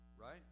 Right